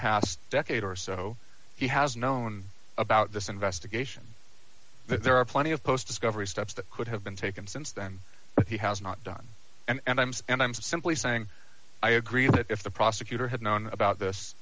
past decade or so he has known about this investigation that there are plenty of post discovery steps that could have been taken since then he has not done and i'm and i'm simply saying i agree that if the prosecutor had known about this